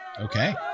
Okay